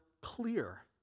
clear